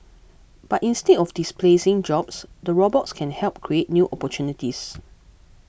but instead of displacing jobs the robots can help create new opportunities